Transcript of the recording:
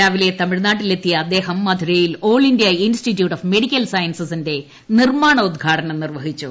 രാവിലെ തമിഴ്നാട്ടിലെത്തിയ അദ്ദേഹം മധുരയിൽ all India institute of medical സയൻസസിന്റെ നിർമ്മാണോദ്ഘാടനം നിർവ്വഹിച്ചു